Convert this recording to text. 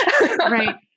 Right